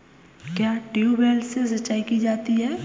क्या ट्यूबवेल से सिंचाई की जाती है?